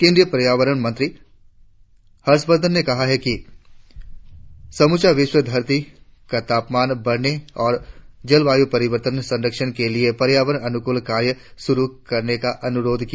केंद्रीय पर्यावरण मंत्री हर्षवर्धन ने कहा है कि समूचा विश्व धरती का तापमान बढ़ने और जलवायु परिवहण संरक्षण के लिए पर्यावरण अनुकूल कार्य शुरु करने का अनुरोध किया